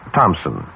Thompson